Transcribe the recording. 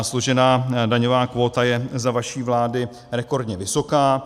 Složená daňová kvóta je za vaší vlády rekordně vysoká.